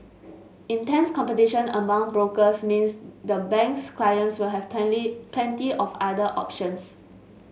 intense competition among brokers means the bank's clients will have plenty of other options